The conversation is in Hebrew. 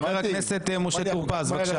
חבר הכנסת משה טור פז, בבקשה.